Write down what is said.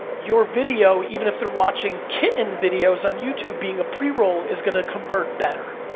your video, even if they're watching kitten videos on youtube, being a pre-roll is gonna convert better.